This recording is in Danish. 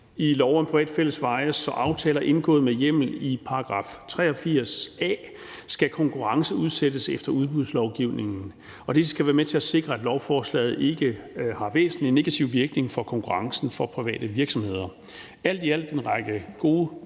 i lov om private fællesveje, så aftaler indgået med hjemmel i § 83 a skal konkurrenceudsættes efter udbudslovgivningen. Det skal være med til at sikre, at lovforslaget ikke har væsentlig negativ virkning for konkurrencen for private virksomheder. Alt i alt er det en række gode,